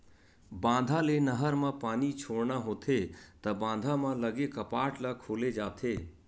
बांधा ले नहर म पानी छोड़ना होथे त बांधा म लगे कपाट ल खोले जाथे